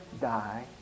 die